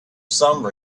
some